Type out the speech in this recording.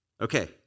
Okay